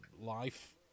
life